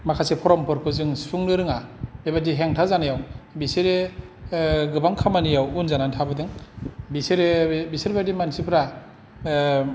माखासे पर्म फोरखौ सुफुंनो रोंङा बेबादि हेंथा जानायाव बिसोरो गोबां खामानियाव उन जाना थाबोदों बिसोरो बिसोरबादि मानसिफोरा